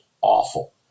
awful